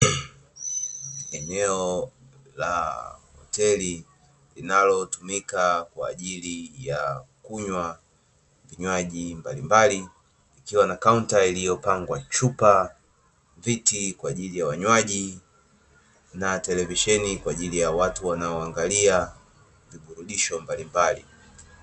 Eneo la hoteli linalotumika kwa ajili ya kunywa vinywaji mbalimbali, ikiwa na kaunta iliyopangwa chupa, viti kwa ajili ya wanywaji na televisheni kwa ajili ya watu wanaoangalia viburudisho mbalimbali.